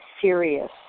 serious